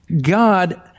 God